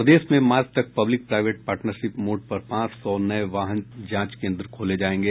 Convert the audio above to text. प्रदेश में मार्च तक पब्लिक प्राईवेट पार्टनरशिप मोड पर पांच सौ नये प्रदूषण वाहन जांच केन्द्र खोले जायेंगे